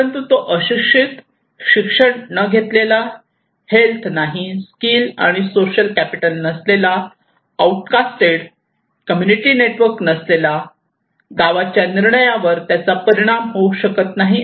परंतु तो अशिक्षित शिक्षण न घेतलेला हेल्थ नाही स्किल आणि सोशल कॅपिटल नसलेला आऊट कास्टेड कम्युनिटी नेटवर्क नसलेला गावच्या निर्णयावर त्याचा परिणाम होऊ शकत नाही